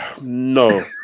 no